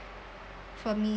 for me